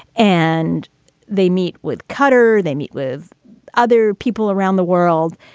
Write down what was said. and they meet with cutter. they meet with other people around the world.